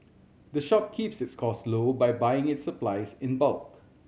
the shop keeps its cost low by buying its supplies in bulk